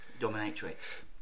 Dominatrix